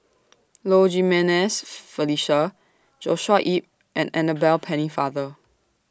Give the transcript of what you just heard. Low Jimenez Felicia Joshua Ip and Annabel Pennefather